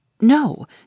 No